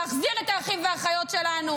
להחזיר את האחים והאחיות שלנו.